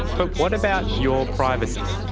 but what about your privacy?